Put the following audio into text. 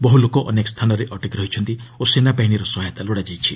ବହୁ ଲୋକ ଅନେକ ସ୍ଥାନରେ ଅଟକି ରହିଛନ୍ତି ଓ ସେନାବାହିନୀର ସହାୟତା ଲୋଡ଼ାଯାଇଛି